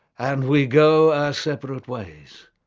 and we go our separate ways,